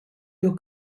your